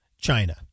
China